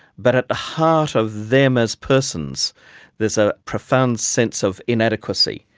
but at the heart of them as persons there's a profound sense of inadequacy.